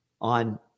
on